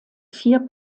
vier